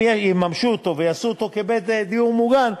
אם יממשו אותו ויעשו אותו כבית דיור מוגן,